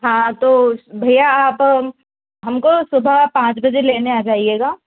हाँ तो भैया आप हम को सुबह पाँच बजे लेने आ जाइएगा